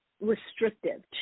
restrictive